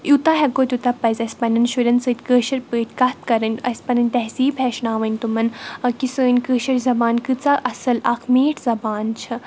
یوٗتاہ ہٮ۪کو تیوٗتاہ پَزِ اَسہِ پنٛنٮ۪ن شُرٮ۪ن سۭتۍ کٲشِر پٲٹھۍ کَتھ کَرٕنۍ اَسہِ پَنٕنۍ تہذیٖب ہیٚچھناوٕنۍ تِمَن کہِ سٲنۍ کٲشِر زَبان کۭژاہ اَصٕل اَکھ میٖٹھ زَبان چھےٚ